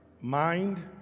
mind